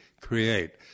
create